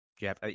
Jeff